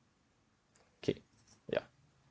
K ya